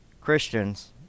Christians